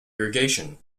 irrigation